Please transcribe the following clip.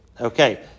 Okay